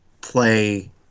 play